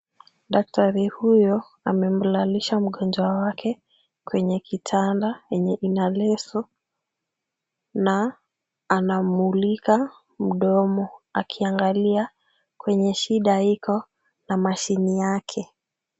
Daktari huyo amemlalisha mgonjwa wake kwenye kitanda yenye ina leso na anamulika mdomo akiangalia kwenye shida iko na mashini yake.